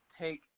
take